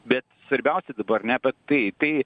bet svarbiausia dabar ne apie tai tai